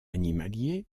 animaliers